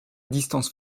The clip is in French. distance